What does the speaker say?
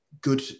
good